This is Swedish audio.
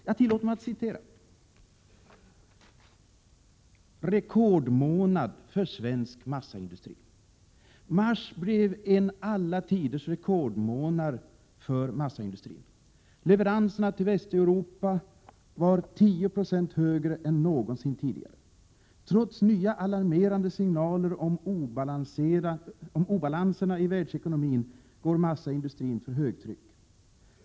Jag tillåter mig att citera: Mars blev en alla tiders rekordmånad för massindustrin. Leveranserna till Västeuropa var tio procent högre än någonsin tidigare. Trots nya alarmerande signaler om obalanserna i världsekonomin går massaindustrin för högtryck.